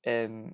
and